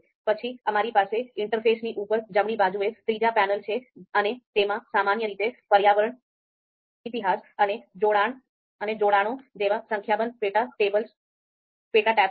પછી અમારી પાસે ઇન્ટરફેસની ઉપર જમણી બાજુએ ત્રીજી પેનલ છે અને તેમાં સામાન્ય રીતે પર્યાવરણ ઇતિહાસ અને જોડાણો જેવી સંખ્યાબંધ પેટા ટેબ્સ છે